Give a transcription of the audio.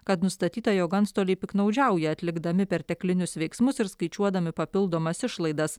kad nustatyta jog antstoliai piktnaudžiauja atlikdami perteklinius veiksmus ir skaičiuodami papildomas išlaidas